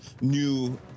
new